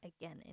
again